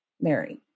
Mary